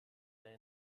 their